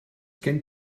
gen